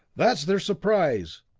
that's their surprise!